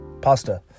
pasta